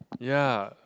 ya